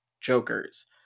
Jokers